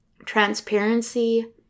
transparency